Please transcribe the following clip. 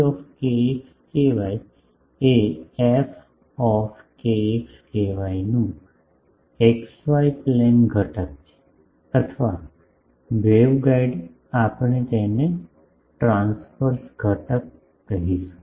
ft એ F K X K Y નું X Y plane ઘટક છે અથવા વેવગાઇડ આપણે તેને ટ્રાંસવર્સ ઘટક કહીશું